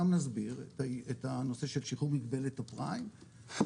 גם נסביר את הנושא של שיקום מגבלת הפריים שבו